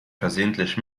versehentlich